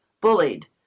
bullied